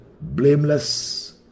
blameless